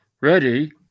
Ready